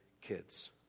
kids